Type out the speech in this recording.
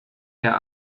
der